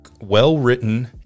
well-written